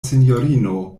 sinjorino